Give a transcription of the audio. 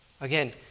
Again